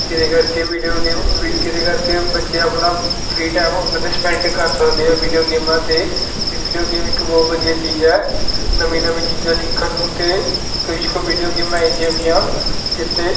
ਕਿਹਦੇ ਕਰਕੇ video game ਵੀ ਕਿਹਦੇ ਕਰਕੇ ਬੱਚੇ ਆਪਣਾ ਫਰੀ ਟਾਈਮ ਉਹਨਾਂ ਦੇ ਸਪੈਂਡ ਕਰ ਸਕਦੇ ਆ ਵੀਡੀਓ ਗੇਮਾਂ 'ਤੇ ਅਤੇ ਵੀਡੀਓ ਗੇਮ ਇੱਕ ਬਹੁਤ ਵਧੀਆ ਚੀਜ਼ ਹੈ ਨਵੀਂ ਨਵੀਂ ਚੀਜ਼ਾਂ ਸਿੱਖਣ ਨੂੰ ਅਤੇ ਕੁਛ ਕੁ ਵੀਡੀਓ ਗੇਮਾਂ ਇਹੋ ਜਿਹੀਆਂ ਵੀ ਆ ਜਿੱਥੇ